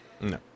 no